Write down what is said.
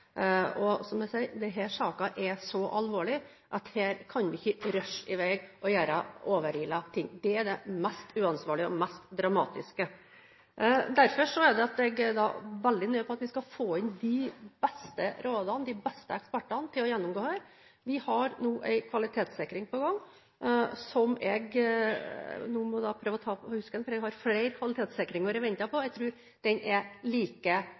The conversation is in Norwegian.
Fedje. Som jeg sa: Denne saken er så alvorlig at her kan vi ikke rushe i vei og gjøre overilte ting. Det er det mest uansvarlige og mest dramatiske. Derfor er det jeg er veldig nøye på at vi skal få inn de beste rådene – ha de beste ekspertene til å gjennomgå dette. Vi har nå en kvalitetssikring på gang, som – jeg må prøve å ta det på husken, for det er flere kvalitetssikringer som vi går og venter på – jeg tror er like